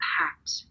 impact